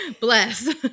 Bless